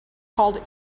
called